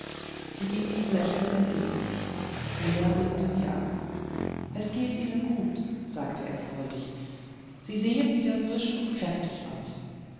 sie ging ihm lächelnd entgegen er blickte sie an es geht ihnen gut sagte er freudig sie sehen wieder frisch und kräftig aus